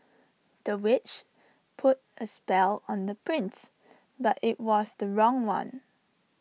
the witch put A spell on the prince but IT was the wrong one